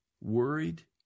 worried